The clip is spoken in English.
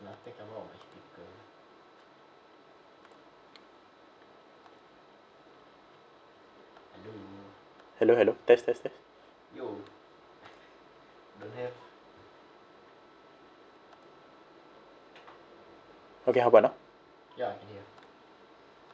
hello hello test test test okay how about now